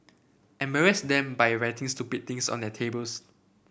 embarrass them by writing stupid things on their tables